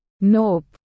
Nope